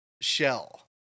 shell